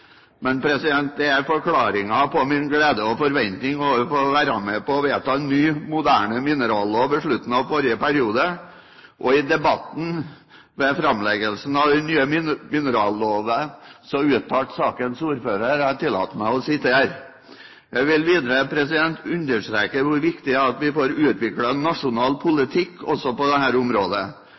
men det er forklaringen på min glede og forventning over å få være med på å vedta en ny, moderne minerallov ved slutten av forrige periode. I debatten ved framleggelsen av den nye mineralloven uttalte sakens ordfører følgende: «Jeg vil videre understreke hvor viktig det er at vi får utviklet en nasjonal politikk også på dette området. Ved starten av oljeeventyret tok vi som nasjon politiske grep for å sikre en bærekraftig forvaltning. Det